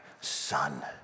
son